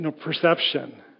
perception